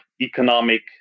economic